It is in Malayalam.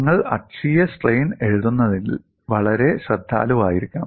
നിങ്ങൾ അക്ഷീയ സ്ട്രെയിൻ എഴുതുന്നതിൽ വളരെ ശ്രദ്ധാലുവായിരിക്കണം